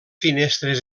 finestres